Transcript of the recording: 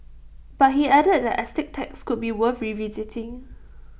but he added that estate tax could be worth revisiting